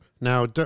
now